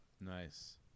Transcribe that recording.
Nice